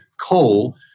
coal